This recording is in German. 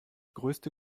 größte